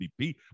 MVP